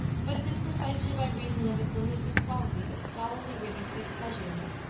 but it is precisely by reason of its allusive quality that scholarly readers take pleasure in it.